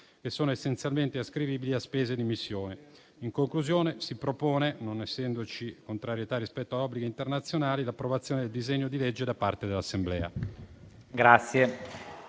2025, essenzialmente ascrivibili a spese di missione. In conclusione, si propone, non essendoci contrarietà rispetto a obblighi internazionali, l'approvazione del disegno di legge da parte dell'Assemblea.